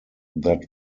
that